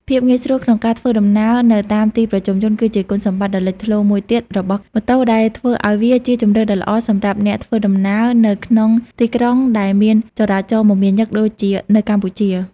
ភាពងាយស្រួលក្នុងការធ្វើដំណើរនៅតាមទីប្រជុំជន គឺជាគុណសម្បត្តិដ៏លេចធ្លោមួយទៀតរបស់ម៉ូតូ ដែលធ្វើឱ្យវាជាជម្រើសដ៏ល្អសម្រាប់អ្នកធ្វើដំណើរនៅក្នុងទីក្រុងដែលមានចរាចរណ៍មមាញឹកដូចជានៅកម្ពុជា។